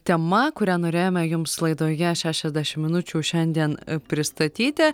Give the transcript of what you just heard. tema kurią norėjome jums laidoje šešiasdešim minučių šiandien pristatyti